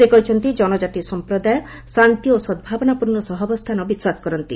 ସେ କହିଛନ୍ତି ଜନଜାତି ସମ୍ପ୍ରଦାୟ ଶାନ୍ତି ଓ ସଦ୍ଭାବନାପୂର୍ଣ୍ଣ ସହାବସ୍ଥାନରେ ବିଶ୍ୱାସ କରନ୍ତି